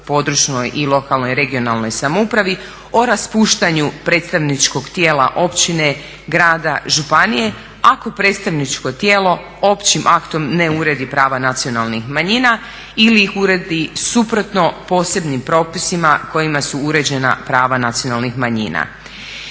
područnoj i lokalnoj (regionalnoj) samoupravi o raspuštanju predstavničkog tijela općine, grada, županije ako predstavničko tijelo općim aktom ne uredi prava nacionalnih manjina ili ih uredi suprotno posebnim propisima kojima su uređena prava nacionalnih manjina.